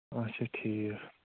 آچھا ٹھیٖک